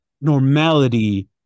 normality